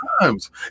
times